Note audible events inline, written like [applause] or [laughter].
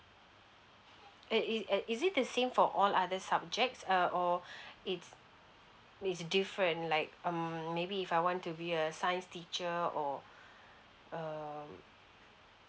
eh it eh is it the same for all other subjects uh or [breath] it's it's different like um maybe if I want to be a science teacher or um